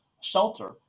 shelter